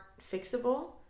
fixable